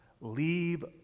Leave